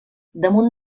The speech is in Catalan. damunt